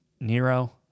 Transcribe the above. Nero